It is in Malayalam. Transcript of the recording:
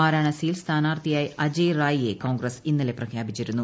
വാരാണസിയിൽ സ്ഥാനാർത്ഥിയായി അജയ് റായിയെ കോൺഗ്രസ് ഇന്നലെ പ്രഖ്യാപിച്ചിരുന്നു